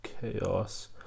Chaos